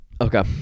Okay